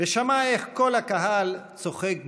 ושמע איך כל הקהל צוחק בבוז.